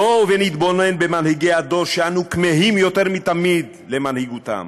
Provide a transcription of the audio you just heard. בואו נתבונן במנהיגי הדור שאנו כמהים יותר מתמיד למנהיגותם.